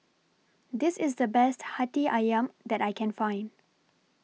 This IS The Best Hati Ayam that I Can Find